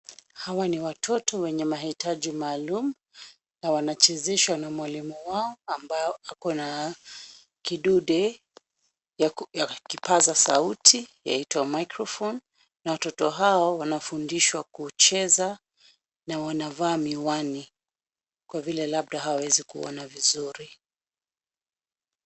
Hawa ni watoto wenye mahitaji maalum na wanachezeshwa na mwalimu wao ambaye ako na kidude ya kipaza sauti yaitwa microphone . Watoto hao wanafundishwa kucheza na wanavaa miwani kwa vile labda hawawezi kuona vizuri.